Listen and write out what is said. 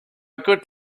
good